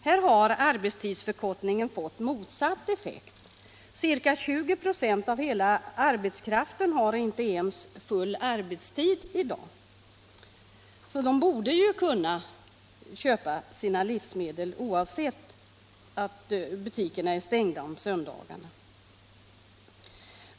Här har arbetstidsförkortningen fått motsatt effekt. Ca 20 96 av hela arbetskraften har inte ens full arbetstid i dag. De borde därför kunna köpa sina livsmedel även om butikerna är stängda på söndagarna.